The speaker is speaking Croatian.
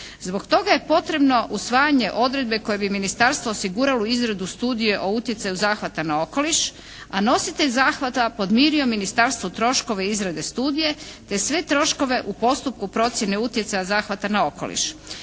Zbog toga je potrebno usvajanje odredbe koje bi ministarstvu osiguralo izradu studije o utjecaju zahvata na okoliš, a nositelj zahvata podmirio ministarstvu troškove izrade studije te sve troškove u postupku procjene utjecaja zahvata na okoliš.